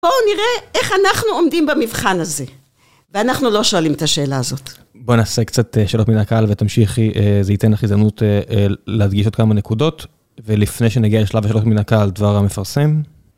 בואו נראה איך אנחנו עומדים במבחן הזה. ואנחנו לא שואלים את השאלה הזאת. בואי נעשה קצת שאלות מן הקהל ותמשיכי, זה ייתן לך הזדמנות להדגיש את כמה נקודות. ולפני שנגיע לשלב השאלות מן הקהל, דבר המפרסם.